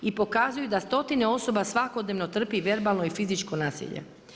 I pokazuju da stotine osoba svakodnevno trpi verbalno i fizičko nasilje.